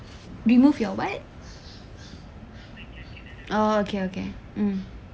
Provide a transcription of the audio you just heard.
remove your what oh okay okay mm